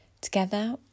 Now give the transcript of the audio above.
Together